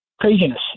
craziness